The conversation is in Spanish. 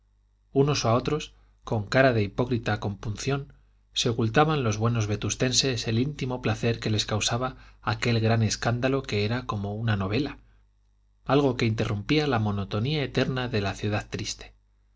unos a otros con cara de hipócrita compunción se ocultaban los buenos vetustenses el íntimo placer que les causaba aquel gran escándalo que era como una novela algo que interrumpía la monotonía eterna de la ciudad triste